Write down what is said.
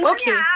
Okay